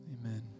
Amen